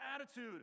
attitude